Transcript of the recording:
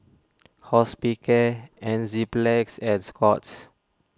Hospicare Enzyplex and Scott's